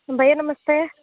भैया नमस्ते